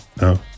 No